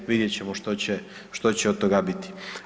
Vidjet ćemo što će od toga biti.